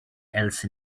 else